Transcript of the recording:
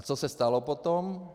A co se stalo potom?